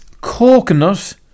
coconut